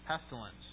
pestilence